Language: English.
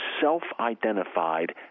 self-identified